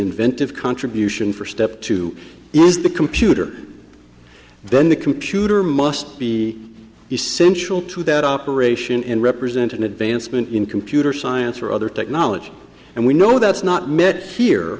inventive contribution for step two is the computer then the computer must be essential to that operation in represent an advancement in computer science or other technology and we know that's not met here